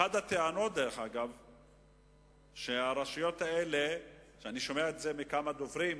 אחת הטענות, שאני שומע מכמה דוברים,